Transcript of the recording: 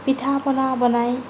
পিঠা পনা বনাই